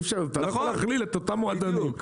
אתה לא יכול להכליל את אותם מועדונים.